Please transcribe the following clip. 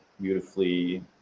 beautifully